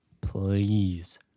please